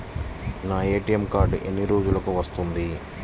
నా ATM card ఎన్ని రోజులకు వస్తుంది?